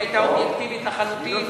היא היתה אובייקטיבית לחלוטין,